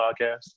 podcast